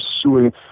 suing